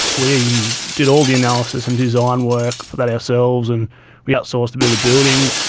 we did all the analysis and design work for that ourselves and we outsourced a bit of the building.